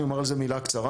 ואני אומר על זה מילה קצרה.